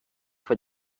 for